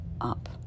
up